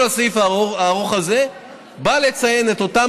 כל הסעיף הארוך הזה בא לציין את אותן